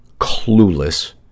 clueless